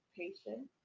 patient